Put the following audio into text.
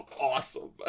awesome